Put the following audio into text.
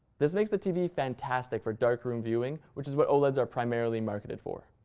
this makes the tv fantastic for dark room viewing, which is what oleds are primarily marketed for.